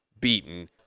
beaten